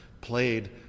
played